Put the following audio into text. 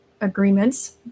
agreements